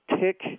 tick